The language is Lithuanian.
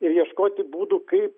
ir ieškoti būdų kaip